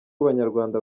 abanyarwanda